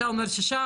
אתה אומר 6%,